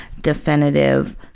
definitive